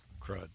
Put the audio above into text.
crud